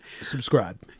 Subscribe